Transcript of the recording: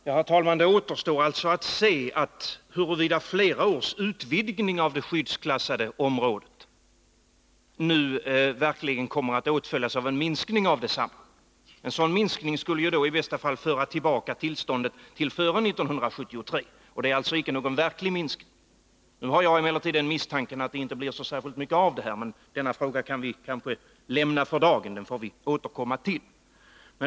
Herr talman! Det återstår alltså att se huruvida flera års utvidgning av det skyddsklassade området nu verkligen kommer att åtföljas av en minskning av detsamma. En sådan minskning skulle ju då i bästa fall föra tillbaka tillståndet till vad det var före 1973 — och det är icke någon verklig minskning. Nu har jag emellertid den misstanken att det inte blir så särskilt mycket av detta. Men denna fråga kan vi kanske lämna för dagen; den får vi återkomma till.